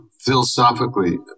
philosophically